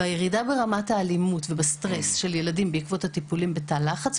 הירידה ברמת האלימות ובסטרס של ילדים בעקבות הטיפולים בתא לחץ,